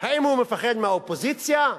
האם הוא מפחד מהאופוזיציה,